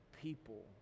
people